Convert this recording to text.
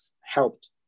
helped